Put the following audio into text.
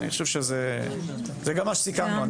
זה גם מה שסיכמנו.